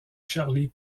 charlie